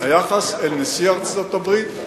היחס אל נשיא ארצות-הברית,